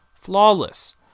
flawless